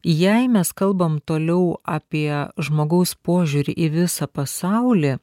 jei mes kalbam toliau apie žmogaus požiūrį į visą pasaulį